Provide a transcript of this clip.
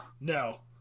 No